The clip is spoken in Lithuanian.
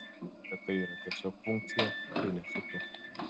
bet tai yra tiesiog funkcija tai nesi tu